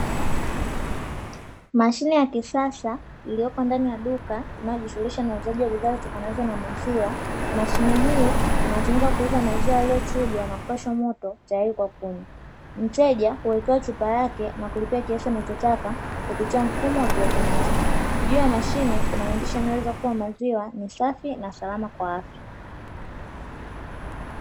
Mashine ya kisasa iliyopo ndani ya duka inayojishughulisha na uuzaji wa bidhaa za maziwa, mashine hii inatumika kuuza maziwa yaliyochujwa na kupashwa moto tayari kwa kunywa, mteja huweka chupa yake na kulipia kiasi ambacho anataka kupitia mfumo wa ki automatiki, juu ya mashine kuna mwandishi anaweza kuwa maziwa ni safi na salama kwa afya.